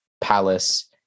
Palace